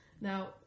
Now